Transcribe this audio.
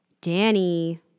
Danny